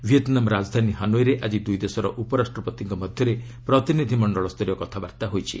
Vietnam ରାଜଧାନୀ ହାନୋଇରେ ଆଜି ଦୂଇ ଦେଶର ଉପରାଷ୍ଟ୍ରପତିଙ୍କ ମଧ୍ୟରେ ପ୍ରତିନିଧି ମଣ୍ଡଳ ସ୍ତରୀୟ କଥାବାର୍ତ୍ତା ହୋଇଛି